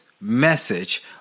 message